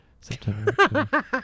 September